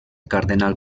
cardenal